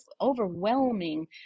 overwhelming